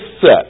set